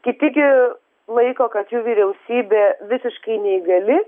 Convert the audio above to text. kiti gi laiko kad jų vyriausybė visiškai neįgali